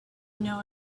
know